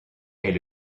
est